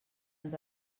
ens